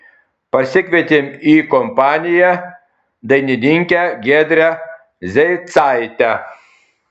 pasikvietėm į kompaniją dainininkę giedrę zeicaitę